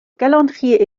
calendrier